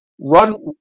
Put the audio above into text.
run